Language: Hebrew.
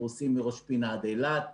פרוסים מראש פינה ועד אילת,